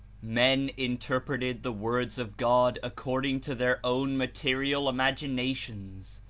men interpreted the words of god according to their own material imaginations,